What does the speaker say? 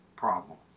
problem